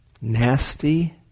nasty